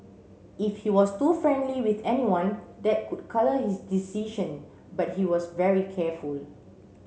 if he was too friendly with anyone that could colour his decision but he was very careful